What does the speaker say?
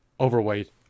overweight